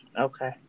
Okay